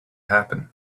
happen